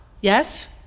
Yes